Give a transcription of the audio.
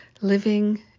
living